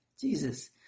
Jesus